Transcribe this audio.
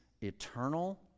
eternal